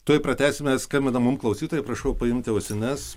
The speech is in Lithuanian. tuoj pratęsime skambina mum klausytojai prašau paimti ausines